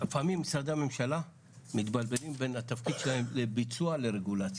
לפעמים משרדי הממשלה מתבלבלים בין התפקיד שלהם לביצוע לרגולציה.